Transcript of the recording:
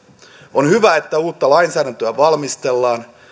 on hyvä että uutta lainsäädäntöä valmistellaan